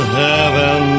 heaven